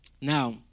Now